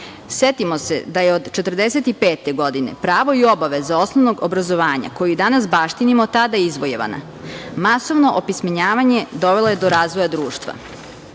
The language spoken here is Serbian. Setimo se da je od 1945. godine pravo i obaveza osnovnog obrazovanja, koju i danas baštinimo, tada izvojevana. Masovno opismenjavanje dovelo je do razvoja društva. Danas